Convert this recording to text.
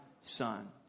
Son